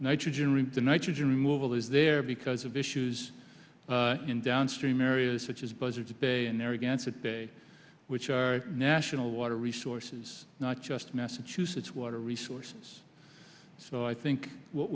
nitrogen rip the nitrogen removal is there because of issues in downstream areas such as buzzards bay and there again today which are national water resources not just massachusetts water resources so i think what